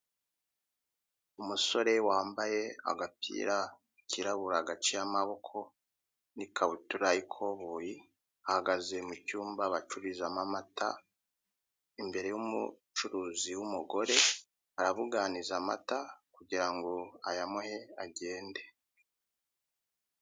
Umusore wambaye agapira kirabura gaciye amaboko n'ikabutura y'ikoboyi ahagaze mu cyumba bacururizamo amata imbere y'umucuruzi w'umugore, arabuganiza amata kugira ngo ayamuhe agende.